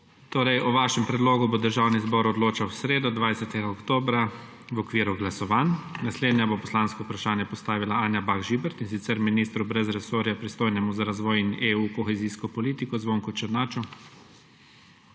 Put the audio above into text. voljo. O vašem predlogu bo Državni zbor odločal v sredo, 20. oktobra, v okviru glasovanj. Naslednja bo poslansko vprašanje postavila Anja Bah Žibert, in sicer ministru brez resorja, pristojnemu za razvoj in EU kohezijsko politiko, Zvonku Černaču.